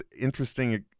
interesting